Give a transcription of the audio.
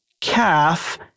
Calf